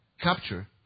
capture